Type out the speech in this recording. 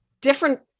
different